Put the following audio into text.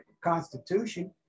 Constitution